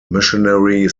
missionary